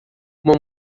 uma